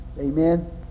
Amen